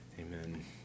Amen